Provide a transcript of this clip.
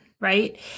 right